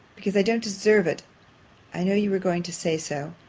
because i don't deserve it i know you were going to say so.